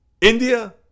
India